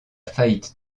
faillite